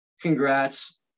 congrats